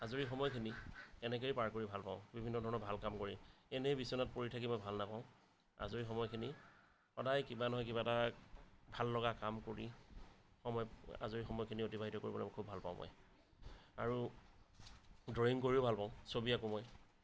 আজৰি সময়খিনি এনেকেই পাৰ কৰি ভাল পাওঁ বিভিন্ন ধৰণৰ ভাল কাম কৰি এনেই বিছনাত পৰি থাকি মই ভাল নাপাওঁ আজৰি সময়খিনি সদায় কিবা নহয় কিবা এটা ভাল লগা কাম কৰি সময় আজৰি সময় খিনি অতিবাহিত কৰি পেলাই খুব ভাল পাওঁ মই আৰু ড্ৰয়িং কৰিও ভাল পাওঁ ছবি আঁকো মই